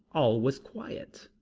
all was quiet.